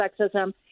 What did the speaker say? sexism